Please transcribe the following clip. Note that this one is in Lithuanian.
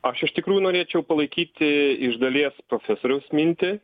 aš iš tikrųjų norėčiau palaikyti iš dalies profesoriaus mintį